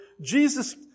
Jesus